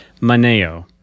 Maneo